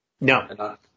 No